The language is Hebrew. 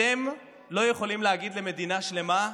אתם לא יכולים להגיד למדינה שלמה: